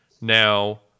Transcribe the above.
now